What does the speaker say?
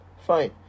Fine